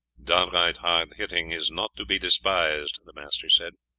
downright hard hitting is not to be despised, the master said,